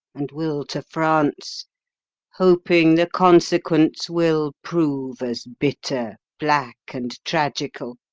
and will to france hoping the consequence will prove as bitter, black, and tragical